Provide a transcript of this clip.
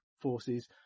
forces